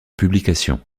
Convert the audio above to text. publication